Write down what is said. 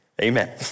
amen